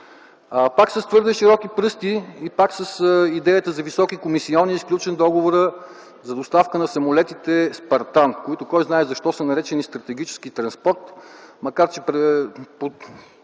Пак с твърде широки пръсти и пак с идеята за високи комисионни е сключен договорът за доставка на самолетите „Спартан”, които кой знае защо са наречени стратегически транспорт, макар че по обем